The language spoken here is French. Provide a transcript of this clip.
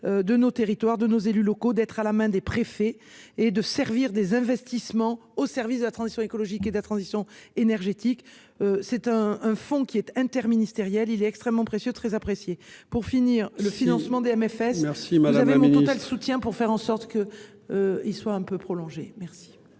De nos territoires de nos élus locaux, d'être à la main des préfets et de servir des investissements au service de la transition écologique et de la transition énergétique. C'est un, un fonds qui est interministériel, il est extrêmement précieux très apprécié pour finir le financement de MFS merci madame total soutien pour faire en sorte que. Il soit un peu prolongé, merci.